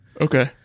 Okay